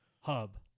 hub